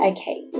Okay